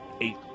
eight